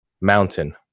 Mountain